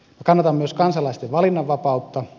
kannatan myös kansalaisten valinnanvapautta